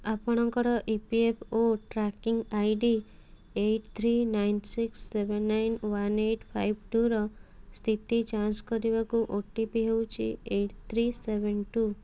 ଆପଣଙ୍କର E P F O tracking I D eight three nine six seven nine one eight five two ର ସ୍ଥିତି ଯାଞ୍ଚ କରିବାକୁ OTP ହେଉଛି ଏଇଟ୍ ଥ୍ରୀ ସେଭନ୍ ଟୁ